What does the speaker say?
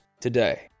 today